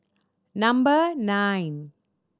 number nine